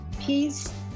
peace